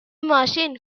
ماشین